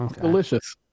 delicious